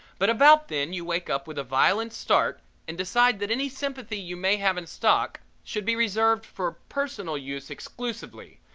but about then you wake up with a violent start and decide that any sympathy you may have in stock should be reserved for personal use exclusively,